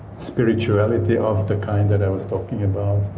spirituality of the kind that i was talking about.